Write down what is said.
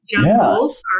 jungles